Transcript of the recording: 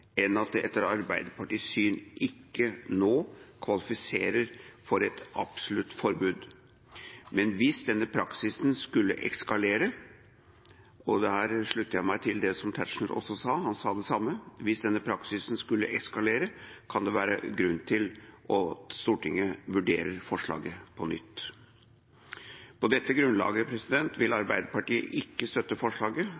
at det etter Arbeiderpartiets syn ikke kvalifiserer for et absolutt forbud. Men hvis denne praksisen skulle eskalere, og der slutter jeg meg til det som Tetzschner også sa – han sa det samme, hvis denne praksisen skulle eskalere – kan det være grunn til for Stortinget å vurdere forslaget på nytt. På dette grunnlaget vil